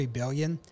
billion